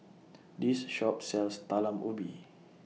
This Shop sells Talam Ubi